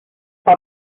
pas